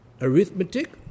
arithmetic